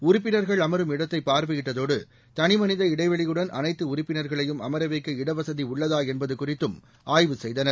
உறுப்பினர்கள் அமரும் இடத்தைப் பார்வையிட்டதோடு தனிமனித இடைவெளியுடன் அனைத்து உறுப்பினர்களையும் அமர வைக்க இடவசதி உள்ளதா என்பது குறித்தும் ஆய்வு செய்தனர்